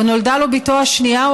או נולדה לו בתו השנייה,